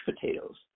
potatoes